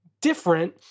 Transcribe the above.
different